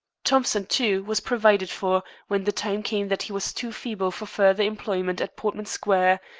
thompson, too, was provided for when the time came that he was too feeble for further employment at portman square,